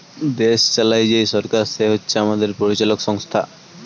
দেশ চালায় যেই সরকার সে হচ্ছে আমাদের পরিচালক সংস্থা